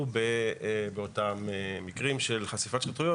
יטפלו באותם מקרים של חשיפת שחיתויות,